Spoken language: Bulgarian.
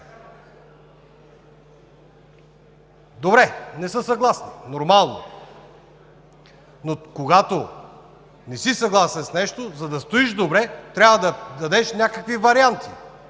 Добре, не са съгласни, нормално е. Но когато не си съгласен с нещо, за да стоиш добре, трябва да дадеш някакви варианти,